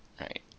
right